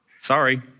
Sorry